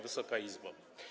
Wysoka Izbo!